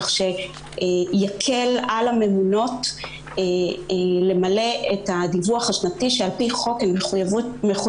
כך שיקל על הממונות למלא את הדיווח השנתי שעל פי חוק הן מחויבות